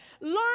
learn